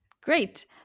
Great